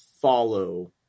follow